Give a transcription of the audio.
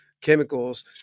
chemicals